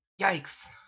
Yikes